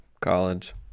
college